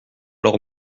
leur